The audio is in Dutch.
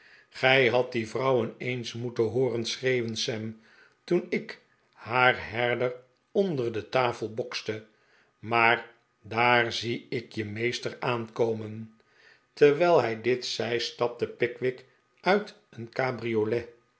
gij hadt die vrouwen eens moeten hooren schreeuwen sam toen ik haar herder onder de tafel bokste maar daar zie ik je meester aankomen terwijl hij dit zei stapte pickwick uit een cabriolet